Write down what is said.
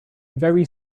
very